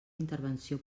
intervenció